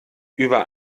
über